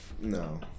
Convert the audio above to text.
No